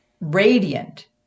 radiant